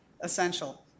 essential